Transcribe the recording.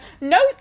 No